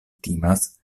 timas